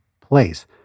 place